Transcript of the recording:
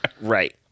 Right